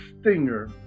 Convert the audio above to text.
stinger